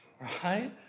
Right